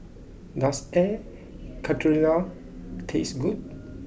does Air Karthira taste good